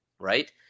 right